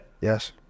Yes